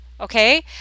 okay